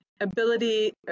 ability